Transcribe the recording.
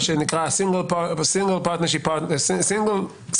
מה שנקרא: single part partnership שזה